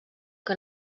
que